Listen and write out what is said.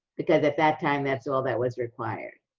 because at that time, that's all that was required.